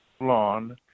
lawn